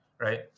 Right